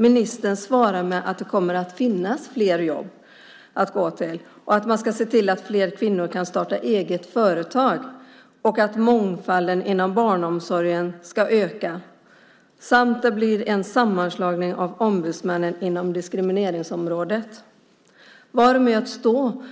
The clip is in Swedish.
Ministern svarar med att det kommer att finnas fler jobb att gå till, att man ska se till att fler kvinnor kan starta eget företag och att mångfalden inom barnomsorgen ska öka samt att det blir en sammanslagning av ombudsmännen inom diskrimineringsområdet. Var möts då